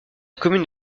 commune